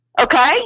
Okay